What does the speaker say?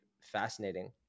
fascinating